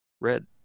red